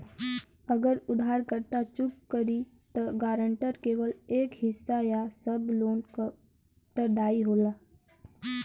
अगर उधारकर्ता चूक करि त गारंटर केवल एक हिस्सा या सब लोन क उत्तरदायी होला